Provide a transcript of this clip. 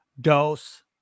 Dose